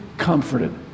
comforted